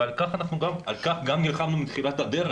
ועל כך גם נלחמנו מתחילת הדרך,